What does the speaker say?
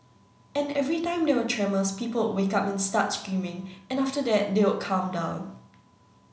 and every time there were tremors people wake up and start screaming and after that they'll calm down